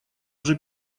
уже